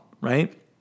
right